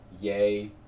yay